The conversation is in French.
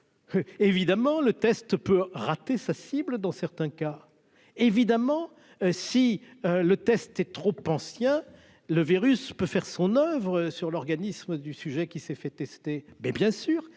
évidemment le test peut rater sa cible dans certains cas, évidemment, si le test est trop ancien, le virus peut faire son oeuvre sur l'organisme du sujet qui s'est fait tester mais bien sûr,